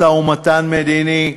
משא-ומתן מדיני,